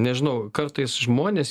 nežinau kartais žmonės